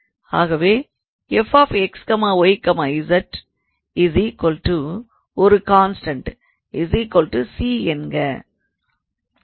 ஆகவே 𝑓𝑥 𝑦 𝑧 𝑎 கான்ஸ்டண்ட் 𝐶 என்க